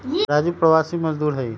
राजू प्रवासी मजदूर हई